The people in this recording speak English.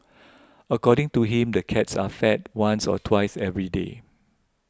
according to him the cats are fed once or twice every day